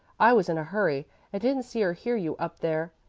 i was in a hurry and didn't see or hear you up there.